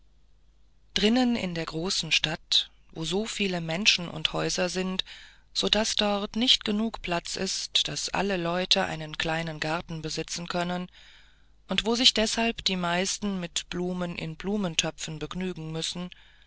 drinnen in der großen stadt wo so viele menschen und häuser sind sodaß dort nicht platz genug ist daß alle leute einen kleinen garten besitzen können und wo sich deshalb die meisten mit blumen in blumentöpfen begnügen müssen